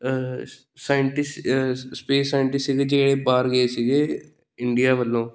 scientist space scientist ਸੀਗੇ ਜਿਹੜੇ ਬਾਹਰ ਗਏ ਸੀਗੇ ਇੰਡੀਆ ਵੱਲੋਂ